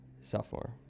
sophomore